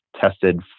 tested